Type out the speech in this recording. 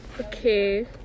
Okay